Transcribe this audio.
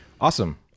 Awesome